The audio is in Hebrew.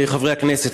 חברי הכנסת,